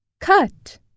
Cut